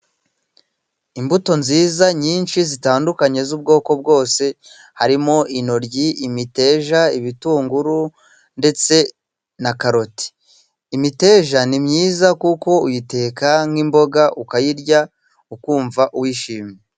Imbuto nziza nyinshi zitandukanye, z'ubwoko bwose harimo intoryi, imiteja, ibitunguru ndetse na karoti, imiteja ni myiza kuko uyiteka nk'imboga ukayirya ukumva wishimye.